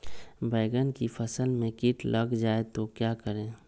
बैंगन की फसल में कीट लग जाए तो क्या करें?